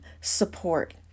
support